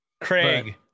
Craig